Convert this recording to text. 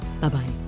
Bye-bye